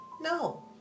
No